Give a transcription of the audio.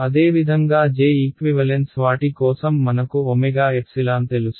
అదేవిధంగా j equivalence వాటి కోసం మనకు ωε తెలుసు